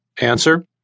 Answer